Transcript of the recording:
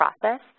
process